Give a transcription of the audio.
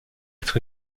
être